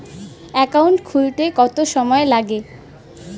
Account খুলতে কতদিন সময় লাগে?